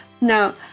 Now